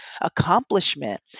accomplishment